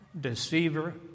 deceiver